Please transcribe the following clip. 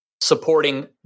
supporting